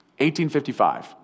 1855